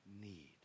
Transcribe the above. need